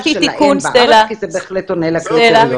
של האם בארץ כי זה בהחלט עונה לקריטריונים.